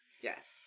Yes